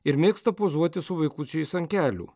ir mėgsta pozuoti su vaikučiais ant kelių